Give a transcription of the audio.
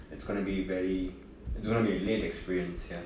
it's gonna be very it's going to be a lit experience ya